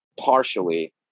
partially